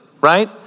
right